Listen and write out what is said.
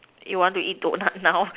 you want to eat donut now